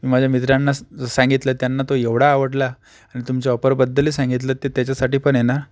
माझ्या मित्रांना स सांगितलं त्यांना तो एवढा आवडला आणि तुमच्या ऑपरबद्दलही सांगितलं ते त्याच्यासाठी पण येणार